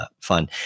fun